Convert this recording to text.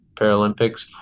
Paralympics